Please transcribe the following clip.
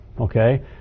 okay